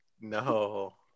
No